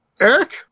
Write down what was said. Eric